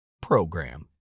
program